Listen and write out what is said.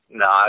no